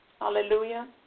Hallelujah